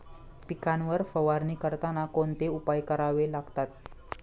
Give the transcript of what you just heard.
पिकांवर फवारणी करताना कोणते उपाय करावे लागतात?